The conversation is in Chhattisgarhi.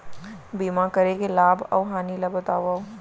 बीमा करे के लाभ अऊ हानि ला बतावव